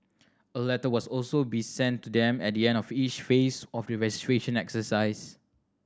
a letter was also be sent to them at the end of each phase of the registration exercise